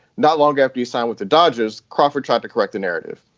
not long after you signed with the dodgers, crawford tried to correct the narrative.